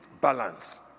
balance